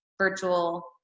virtual